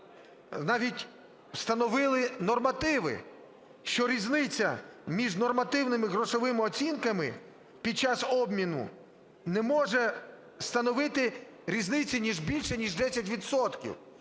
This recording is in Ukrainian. навіть встановили нормативи, що різниця між нормативними грошовими оцінками під час обміну не може становити різницю не більшу ніж 10